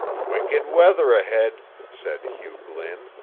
wicked weather ahead, said hugh glynn,